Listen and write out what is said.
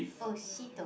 oh Sitoh